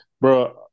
Bro